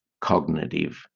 cognitive